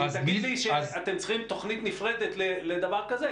אז אם תגיד לי שאתם צריכים תוכנית נפרדת לדבר כזה,